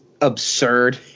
absurd